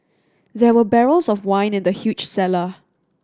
there were barrels of wine in the huge cellar